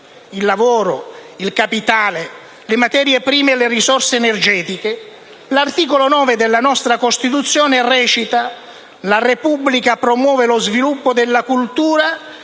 (il lavoro, il capitale, le materie prime e le risorse energetiche), l'articolo 9 della nostra Costituzione (La Repubblica promuove lo sviluppo della cultura